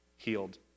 healed